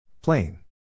Plain